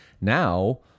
now